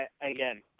again